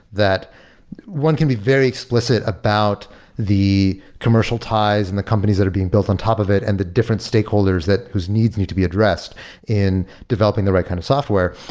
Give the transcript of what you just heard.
that one can be very explicit about the commercial ties and the companies that are being built on top of it and the different stakeholders that whose needs need to be addressed in developing the right kind of software.